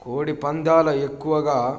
కోడి పందాలు ఎక్కువగా